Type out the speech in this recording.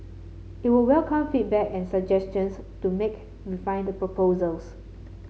it would welcome feedback and suggestions to make refine the proposals